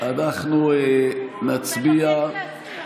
אנחנו נצביע, להסיר את